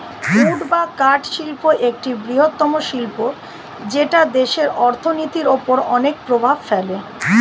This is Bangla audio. উড বা কাঠ শিল্প একটি বৃহত্তম শিল্প যেটা দেশের অর্থনীতির ওপর অনেক প্রভাব ফেলে